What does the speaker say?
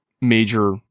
major